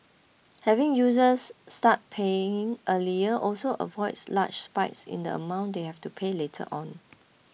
having users start paying earlier also avoids large spikes in the amount they have to pay later on